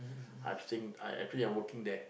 I've seen ah I actually I working there